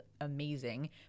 amazing